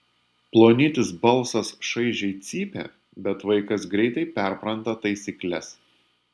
plonytis balsas šaižiai cypia bet vaikas greitai perpranta taisykles